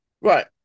Right